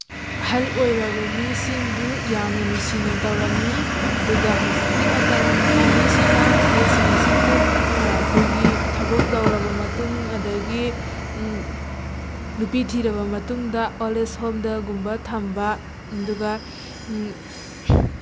ꯑꯍꯜ ꯑꯣꯏꯔꯕ ꯃꯤꯁꯤꯡꯕꯨ ꯌꯥꯝꯅ ꯅꯨꯡꯁꯤꯅ ꯇꯧꯔꯝꯃꯤ ꯑꯗꯨꯒ ꯍꯧꯖꯤꯛꯀꯤ ꯃꯇꯝꯒꯤ ꯃꯤꯁꯤꯡꯅ ꯑꯍꯜꯁꯤꯡ ꯑꯁꯤꯕꯨ ꯑꯩꯈꯣꯏꯒꯤ ꯊꯕꯛ ꯇꯧꯔꯕ ꯃꯇꯨꯡ ꯑꯗꯒꯤ ꯅꯨꯄꯤ ꯊꯤꯔꯕ ꯃꯇꯨꯡꯗ ꯑꯣꯜ ꯑꯦꯖ ꯍꯣꯝꯗꯒꯨꯝꯕ ꯊꯝꯕ ꯑꯗꯨꯒ